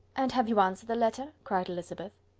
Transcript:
and have you answered the letter? cried elizabeth.